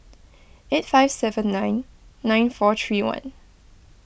eight five seven nine nine four three one